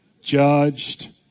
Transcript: judged